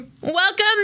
Welcome